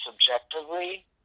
subjectively